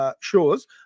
Shows